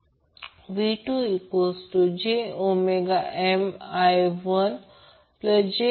म्हणून थोडे थोडे स्वतःच करण्याचा प्रयत्न करा